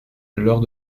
lors